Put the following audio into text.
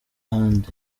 ahandi